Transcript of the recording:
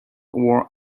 were